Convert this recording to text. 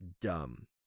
dumb